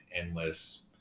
endless